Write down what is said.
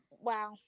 Wow